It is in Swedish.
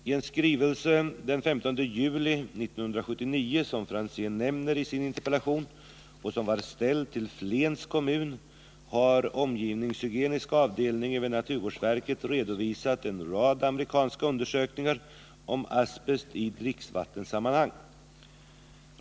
I den skrivelse den 15 juli 1979 som Franzén nämner i sin interpellation och som var ställd till Flens kommun, har omgivningshygieniska avdelningen vid naturvårdsverket redovisat en rad amerikanska undersökningar om asbest i dricksvattensammanhang.